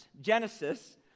Genesis